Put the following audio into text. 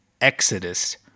Exodus